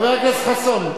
חבר הכנסת חסון.